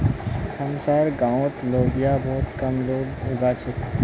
हमसार गांउत लोबिया बहुत कम लोग उगा छेक